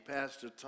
Pastor